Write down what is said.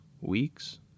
weeks